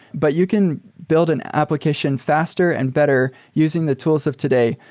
but you can build an application faster and better using the tools of today.